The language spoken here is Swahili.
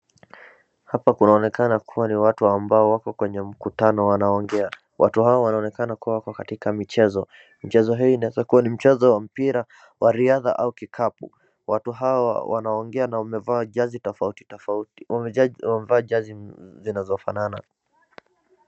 Hapa kunaonekana kuwa ni watu ambao wako kwenye mkutano wanaongea. Watu hawa wanaonekana kuwa wako katika michezo. Michezo hii inaeza kuwa ni mchezo ya mpira, wa riadha au kikapu. Watu hawa wanaongea na wamevaa jezi zinazofanana.